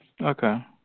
Okay